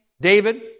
David